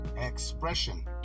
expression